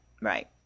right